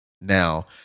Now